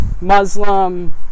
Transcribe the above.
Muslim